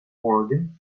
morgan